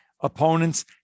opponents